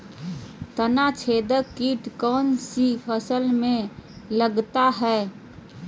तनाछेदक किट कौन सी फसल में लगता है?